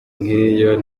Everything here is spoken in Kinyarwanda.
nk’iyo